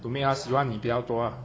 to make 她喜欢你比较多啊